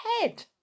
head